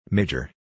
Major